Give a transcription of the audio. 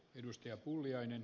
herra puhemies